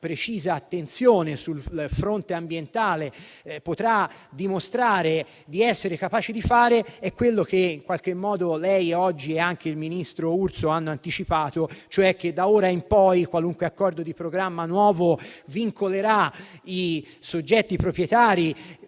precisa attenzione sul fronte ambientale, potrà dimostrare di essere capace di fare, è quello che lei oggi ed anche il ministro Urso avete anticipato, cioè che d'ora in poi qualunque accordo di programma nuovo vincolerà i soggetti proprietari,